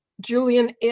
Julian